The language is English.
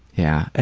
yeah.